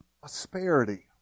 prosperity